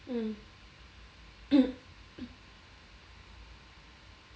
mm